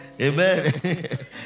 Amen